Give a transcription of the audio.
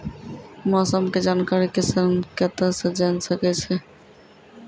मौसम के जानकारी किसान कता सं जेन सके छै?